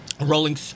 rolling